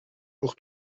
pour